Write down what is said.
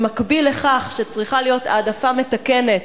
במקביל לכך שצריכה להיות העדפה מתקנת